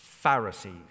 Pharisees